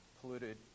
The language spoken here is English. polluted